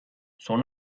son